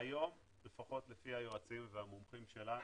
היום לפחות לפי היועצים והמומחים שלנו,